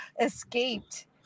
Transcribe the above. escaped